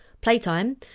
playtime